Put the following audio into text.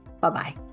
Bye-bye